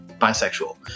bisexual